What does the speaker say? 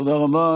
תודה רבה.